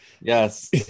Yes